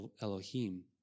Elohim